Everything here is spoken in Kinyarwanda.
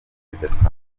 bidasanzwe